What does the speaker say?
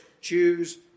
Choose